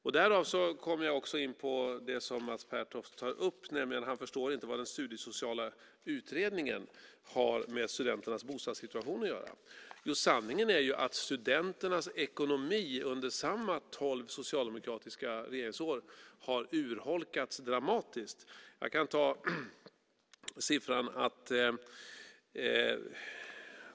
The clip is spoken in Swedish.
Därmed kommer jag också in på det som Mats Pertoft tar upp, nämligen att han inte förstår vad den studiesociala utredningen har med studenternas bostadssituation att göra. Sanningen är att studenternas ekonomi under samma tolv socialdemokratiska regeringsår har urholkats dramatiskt. Jag kan ta en siffra.